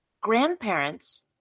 grandparents